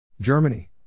Germany